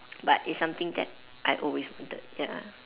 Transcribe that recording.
but it's something that I always wanted ya